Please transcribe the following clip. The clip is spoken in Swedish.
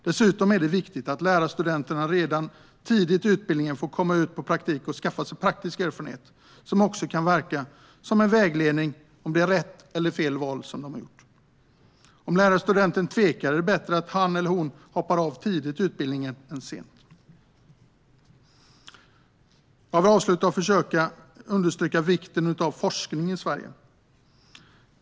Dessutom är det viktigt att lärarstudenterna redan tidigt i utbildningen får komma ut på praktik och skaffa sig praktisk erfarenhet som också kan verka som vägledning om huruvida det är rätt eller fel val de har gjort. Om lärarstudenten tvekar är det bättre att han eller hon hoppar av tidigt i utbildningen än sent. Jag vill avsluta med att försöka understryka vikten av forskning i Sverige.